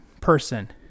person